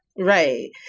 Right